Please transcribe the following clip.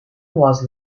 was